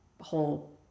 whole